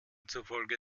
zufolge